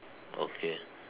okay